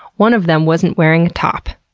one of them wasn't wearing a top.